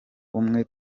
umwe